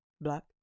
black